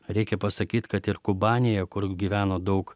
reikia pasakyt kad ir kubanėje kur gyveno daug